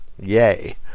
yay